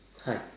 hi